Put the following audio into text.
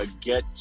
get